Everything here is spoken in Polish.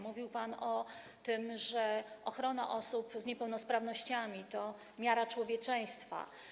Mówił pan o tym, że ochrona osób z niepełnosprawnościami to miara człowieczeństwa.